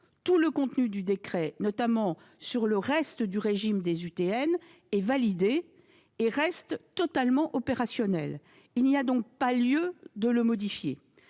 le contenu de ce décret, notamment pour ce qui concerne le régime des UTN, est validé et reste totalement opérationnel. Il n'y a donc pas lieu de le modifier.